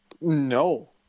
No